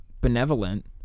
benevolent